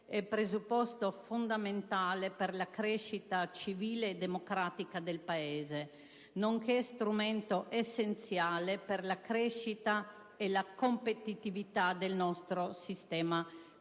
presupposto fondamentale per la crescita civile e democratica del Paese nonché strumento essenziale per la crescita e la competitività del nostro sistema produttivo.